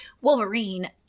Wolverine